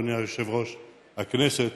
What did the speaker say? אדוני יושב-ראש הכנסת,